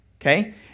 okay